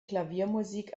klaviermusik